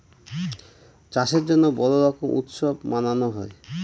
চাষের জন্য বড়ো রকম উৎসব মানানো হয়